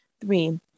Three